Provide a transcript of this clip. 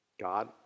God